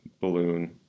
balloon